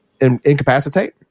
incapacitate